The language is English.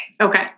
Okay